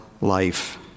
life